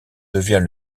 devient